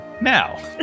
now